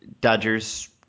Dodgers